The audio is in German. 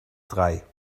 drei